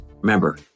Remember